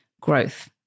growth